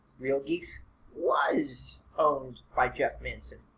real geeks was owned by jeff manson,